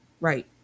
right